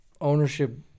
ownership